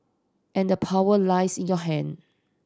and the power lies in your hand